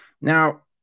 Now